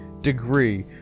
degree